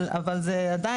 אבל זה עדיין,